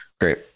Great